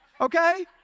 okay